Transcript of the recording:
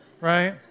right